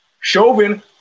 Chauvin